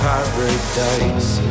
Paradise